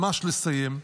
ממש לסיים,